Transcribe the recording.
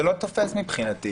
זה לא תופס מבחינתי.